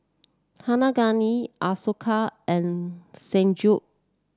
Kaneganti Ashoka and Sanjeev